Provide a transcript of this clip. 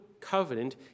covenant